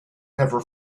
never